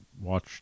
watch